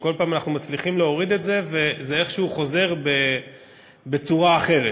כל פעם אנחנו מצליחים להוריד את זה וזה איכשהו חוזר בצורה אחרת.